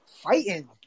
fighting